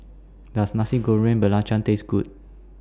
Does Nasi Goreng Belacan Taste Good